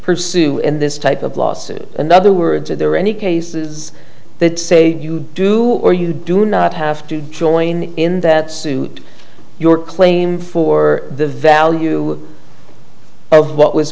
pursue in this type of lawsuit another words are there any cases that say you do or you do not have to join in that suit your claim for the value of what was